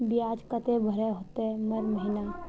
बियाज केते भरे होते हर महीना?